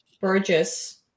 Burgess